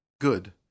Good